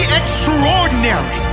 extraordinary